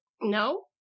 no